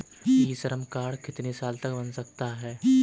ई Shram card कितने साल तक बन सकता है?